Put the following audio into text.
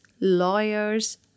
lawyers